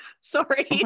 sorry